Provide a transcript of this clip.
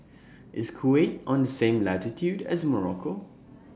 IS Kuwait on The same latitude as Morocco